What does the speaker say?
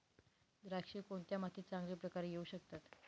द्राक्षे कोणत्या मातीत चांगल्या प्रकारे येऊ शकतात?